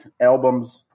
albums